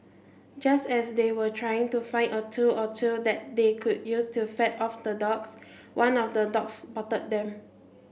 just as they were trying to find a tool or two that they could use to fend off the dogs one of the dogs spotted them